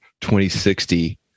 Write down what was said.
2060